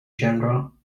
general